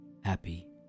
happy